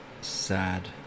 sad